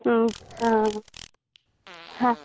हा हा